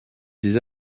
des